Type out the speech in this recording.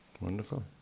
wonderful